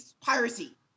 piracy